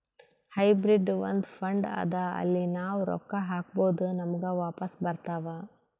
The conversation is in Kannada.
ಹೈಬ್ರಿಡ್ ಒಂದ್ ಫಂಡ್ ಅದಾ ಅಲ್ಲಿ ನಾವ್ ರೊಕ್ಕಾ ಹಾಕ್ಬೋದ್ ನಮುಗ ವಾಪಸ್ ಬರ್ತಾವ್